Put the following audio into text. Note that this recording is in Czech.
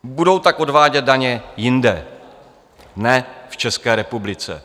Budou tak odvádět daně jinde, ne v České republice.